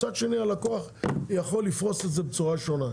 מצד שני, הלקוח יכול לפרוס את זה בצורה שונה.